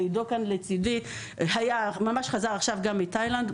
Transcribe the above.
ועידו שכאן לצידי חזר עכשיו מתאילנד,